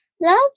Love